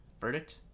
verdict